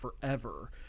forever